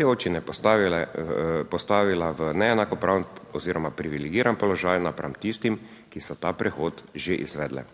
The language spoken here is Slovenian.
te občine postavila v neenakopraven oziroma privilegiran položaj napram tistim, ki so ta prehod že izvedle.